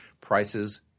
prices